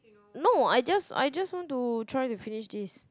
no I just I just want to try to finish this